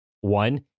One